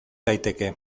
daiteke